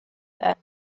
that